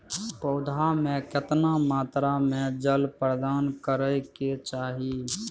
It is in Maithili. पौधा में केतना मात्रा में जल प्रदान करै के चाही?